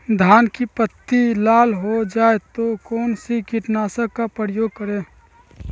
धान की पत्ती लाल हो गए तो कौन सा कीटनाशक का प्रयोग करें?